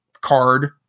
card